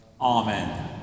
amen